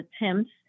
attempts